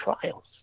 trials